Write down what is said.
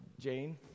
Jane